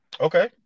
Okay